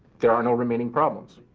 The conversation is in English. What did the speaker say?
there are no remaining problems.